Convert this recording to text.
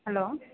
hello